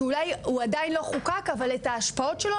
שאולי הוא עדיין לא חוקק אבל רואים את ההשפעות שלו,